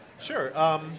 Sure